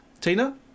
Tina